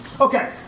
Okay